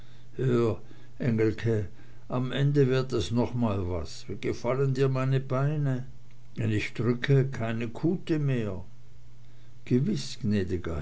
engelke am ende wird es noch mal was wie gefallen dir meine beine wenn ich drücke keine kute mehr gewiß